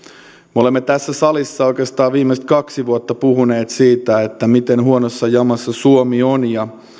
me olemme tässä salissa oikeastaan viimeiset kaksi vuotta puhuneet siitä miten huonossa jamassa suomi on ja